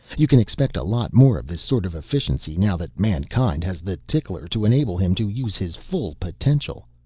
you can expect a lot more of this sort of efficiency now that mankind has the tickler to enable him to use his full potential.